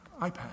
iPad